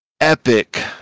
epic